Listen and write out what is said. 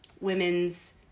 women's